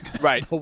Right